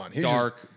dark